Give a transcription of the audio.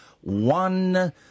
one